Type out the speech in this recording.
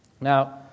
Now